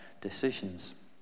decisions